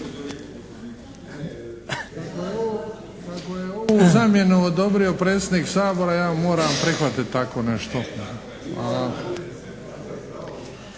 Ako je ovu zamjenu odobrio predsjednik Sabora ja moram prihvatiti tako nešto.